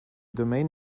domain